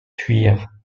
fuir